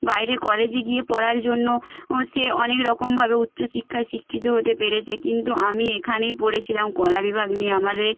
বাইরে কলেজে গিয়ে পড়ার জন্য ও সে অনেক রকমভাবে উচ্চশিক্ষায় শিক্ষিত হতে পেরেছে কিন্তু আমি এখানেই পড়েছিলাম কলা বিভাগ নিয়ে আমার এ